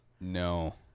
No